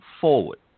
forward